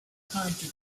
country